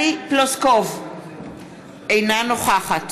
אינה נוכחת